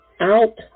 out